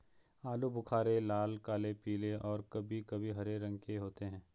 आलू बुख़ारे लाल, काले, पीले और कभी कभी हरे रंग के होते हैं